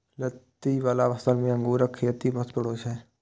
लत्ती बला फसल मे अंगूरक खेती महत्वपूर्ण होइ छै